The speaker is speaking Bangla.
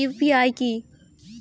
ইউ.পি.আই কি?